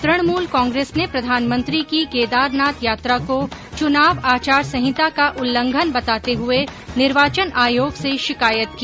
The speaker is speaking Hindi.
तृणमूल कांग्रेस ने प्रधानमंत्री की केदारनाथ यात्रा को चुनाव आचार संहिता का उल्लंघन बताते हुए निर्वाचन आयोग से शिकायत की